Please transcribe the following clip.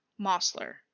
Mossler